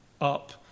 up